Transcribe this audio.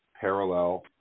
parallel